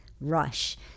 rush